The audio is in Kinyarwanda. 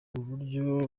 buryo